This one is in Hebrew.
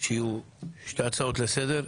שיהיו שתי הצעות לסדר,